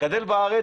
גדל בארץ.